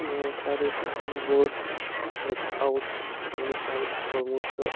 سُہ چھِ وٕ سارِوی کھۄتَن بوٚڑ ؤرٕک آوُٹ یُس ؤنِس تامَتھ کوٚرمُت چھُ